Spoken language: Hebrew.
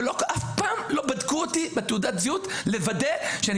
אף פעם לא בדקו אותי בתעודת זהות לוודא שאני